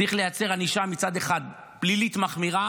צריך מצד אחד לייצר ענישה פלילית מחמירה